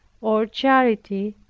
or charity,